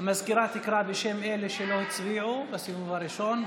המזכירה תקרא בשם אלה שלא הצביעו בסיבוב הראשון,